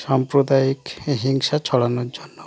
সাম্প্রদায়িক হিংসা ছড়ানোর জন্য